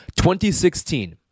2016